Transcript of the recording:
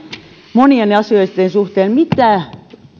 monien asioitten suhteen mitä